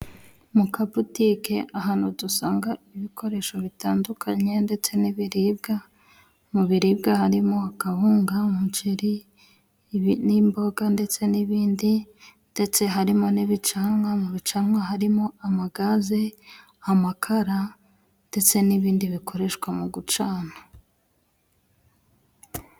Mu kabutike ahantu dusanga ibikoresho bitandukanye ndetse n'ibiribwa, mu biribwa harimo kabunga umuceri n'imboga ndetse n'ibindi, ndetse harimo n'ibicanwa mu bicanwa harimo amagaze, amakara ndetse n'ibindi bikoreshwa mu gucana.